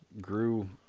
grew